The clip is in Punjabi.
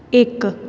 ਇੱਕ